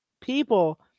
people